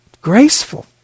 graceful